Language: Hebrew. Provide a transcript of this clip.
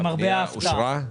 הפנייה אושרה.